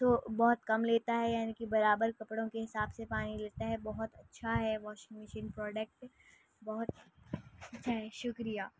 تو بہت کم لیتا ہے یعنی کہ برابر کپڑوں کے حساب سے پانی لیتا ہے بہت اچھا ہے واشنگ مشین پروڈکٹ بہت اچھا ہے شکریہ